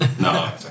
No